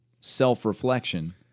self-reflection